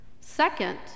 Second